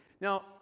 Now